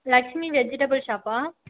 Lakshmi vegetable ஷாப்பா